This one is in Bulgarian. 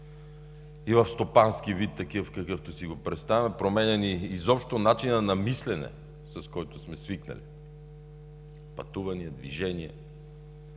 и в стопански вид, такъв какъвто си го представяме. Променя ни изобщо начина на мислене, с който сме свикнали, пътувания, движение.